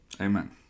Amen